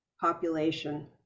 population